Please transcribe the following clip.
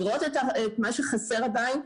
לראות את מה שחסר עדיין,